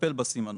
לטפל בסימנור.